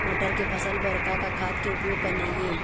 मटर के फसल बर का का खाद के उपयोग करना ये?